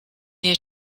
near